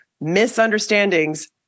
misunderstandings